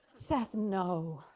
seth, no.